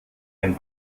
ein